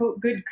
good